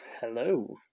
hello